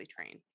trained